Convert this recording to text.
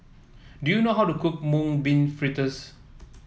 do you know how to cook Mung Bean Fritters